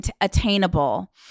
attainable